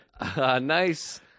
Nice